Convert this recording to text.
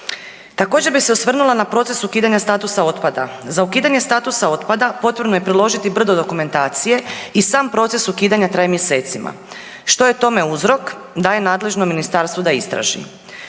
Također bih se osvrnula na proces ukidanja statusa otpada. Za ukidanje statusa otpada potrebno je priložiti brdo dokumentacije i sam proces ukidanja traje mjesecima. Što je tome uzrok dajem nadležnom ministarstvu da istraži.